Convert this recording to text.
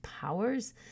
powers